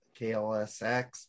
KLSX